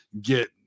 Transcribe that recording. get